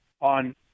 on